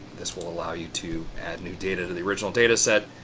this will allow you to add new data to the original data set,